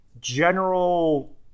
general